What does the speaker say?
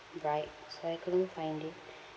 bright so I couldn't find it